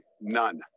None